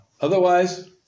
Otherwise